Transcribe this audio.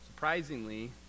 surprisingly